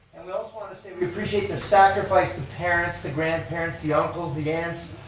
and we also wanted to say we appreciate the sacrifice, the parents, the grandparents, the uncles the aunts.